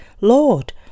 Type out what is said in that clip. Lord